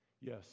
Yes